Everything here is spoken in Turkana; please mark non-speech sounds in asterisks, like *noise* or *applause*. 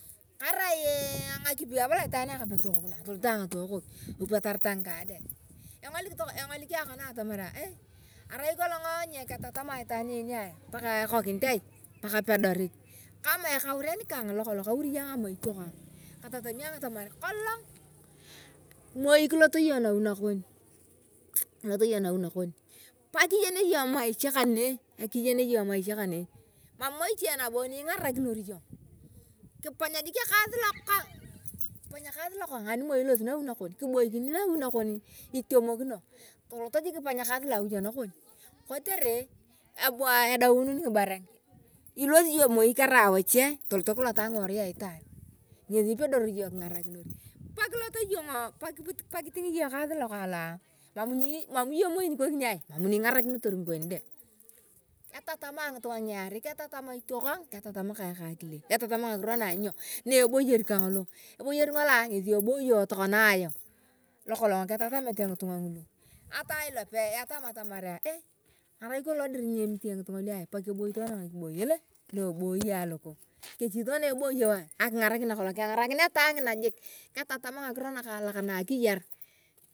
Karai ngakipi abala itwan ayong kape tooku atoloto ayong atookak tupwatarta ngkaade engolik kola ayong atamar karai kolong ngeketatam ayong itwaan een pe ke kekinit aii pe kependerit ekauren kang lokolo alataun jik *hesitation* kongina abuu. Ekaas kong jik ngilo mam nobo ichire lo eponyi akipor kengina atoper kuwala nataparach molot ariamu kama kengina atoper kuwala nataparach molot. Ariamu kama akimuj emuj atnekha lemarket abu elotaa ngiboree. Abu elotaa ngkaori kengina *hesitation* elotaa ngide atalot kengina jik ani moi akwaar nii nataparach aranguru atoekhaa *hesitation* kaas kaa ngolo emam nabo echie arai jik ngichan la nyakar ayong ayakar ayong ngiche. Zaidi lukaalak sana lo arai notakana ebunio iyong kiboi ka ama lusai jik ee karai ekorokoro nee epei ani ibuni jik tuper kengine tamaa kimekinae moi ekhoki aii atabongonii. Ani moi *hesitation* ataper jik ani nataoarach atoekhaa *unintelligible* teni lamarket atobong